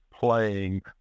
playing